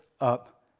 up